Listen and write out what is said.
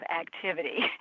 activity